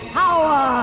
power